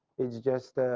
it's just ah